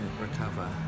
recover